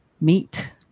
meet